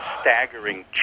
staggering